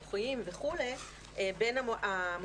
בין פיקוחיים וכו',